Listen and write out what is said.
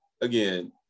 again